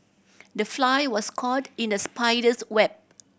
the fly was caught in the spider's web